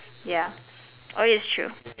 ya oh it's true